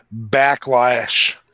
backlash